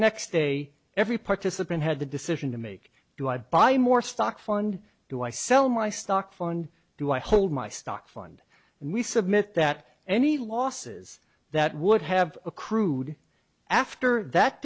next day every participant had the decision to make do i buy more stock fund do i sell my stock fund do i hold my stock fund and we submit that any losses that would have accrued after that